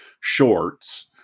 shorts